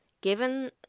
given